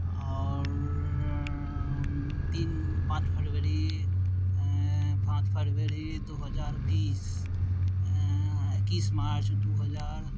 आओर तीन पाँच फरवरी पाँच फरवरी दू हजार बीस एकैस मार्च दू हजार